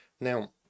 Now